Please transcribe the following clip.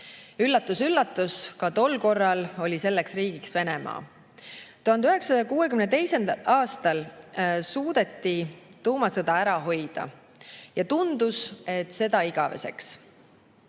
Üllatus-üllatus, ka tol korral oli selleks riigiks Venemaa. 1962. aastal suudeti tuumasõda ära hoida ja tundus, et igaveseks.